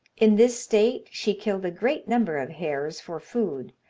in this state she killed a great number of hares for food,